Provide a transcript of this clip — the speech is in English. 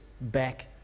back